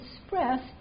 expressed